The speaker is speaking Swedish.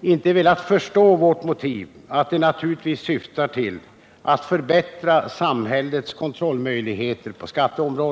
inte velat förstå vårt motiv att förslaget naturligtvis syftar till att förbättra samhällets kontrollmöjligheter på skatteområdet.